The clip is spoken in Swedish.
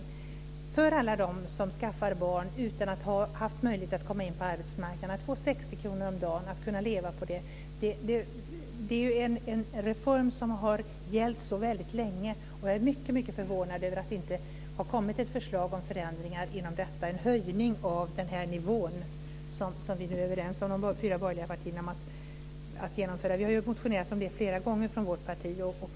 Den gäller alla de som skaffar barn utan att ha haft möjlighet att komma in på arbetsmarknaden. De får 60 kr om dagen att leva på. Det är en reform som har gällt väldigt länge, och jag är mycket förvånad över att det inte har kommit ett förslag om förändringar på detta område, ett förslag om en höjning av den här nivån, något som vi nu är överens om att genomföra mellan de fyra borgerliga partierna. Vi har ju motionerat om det flera gånger från vårt parti.